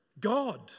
God